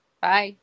Bye